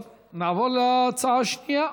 טוב, נעבור להצעה השנייה.